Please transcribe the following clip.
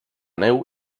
neu